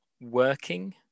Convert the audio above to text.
working